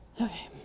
okay